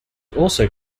also